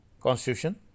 constitution